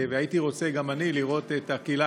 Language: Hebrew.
והייתי רוצה גם אני לראות את הקהילה